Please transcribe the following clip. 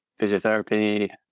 physiotherapy